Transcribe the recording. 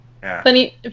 Funny